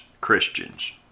Christians